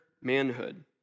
manhood